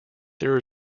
there